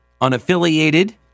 unaffiliated